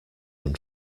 than